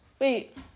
Wait